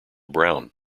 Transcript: brown